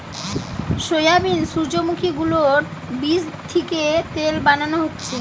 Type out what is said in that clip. soybean, সূর্যোমুখী গুলোর বীচ থিকে তেল বানানো হচ্ছে